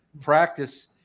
practice